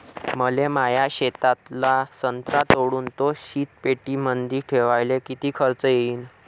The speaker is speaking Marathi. मले माया शेतातला संत्रा तोडून तो शीतपेटीमंदी ठेवायले किती खर्च येईन?